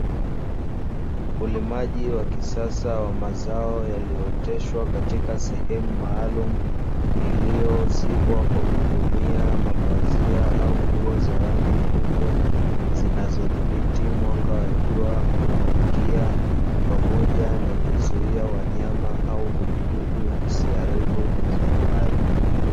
Ulimaji wa kisasa wa mazao yaliyooteshwa katika sehemu maalumu, iliyozibwa kwa kutumia mapazia au nguo za rangi nyeupe, zinazodhibiti mwanga wa jua unaoingia pamoja na kuzuia wanyama au vijidudu visiharibu mazao hayo.